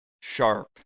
Sharp